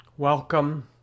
Welcome